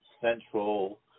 central